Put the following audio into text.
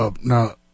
Now